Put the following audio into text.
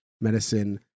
medicine